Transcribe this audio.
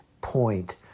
point